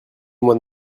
mois